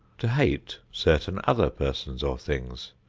to hate certain other persons or things,